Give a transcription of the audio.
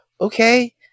okay